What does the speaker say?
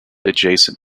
adjacent